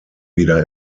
wieder